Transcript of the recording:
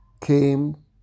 came